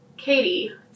Katie